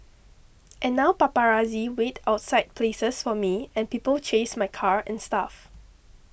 and now paparazzi wait outside places for me and people chase my car and stuff